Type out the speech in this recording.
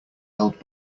held